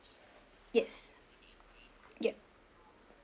yes yup